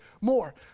more